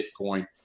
Bitcoin